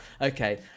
Okay